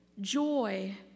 joy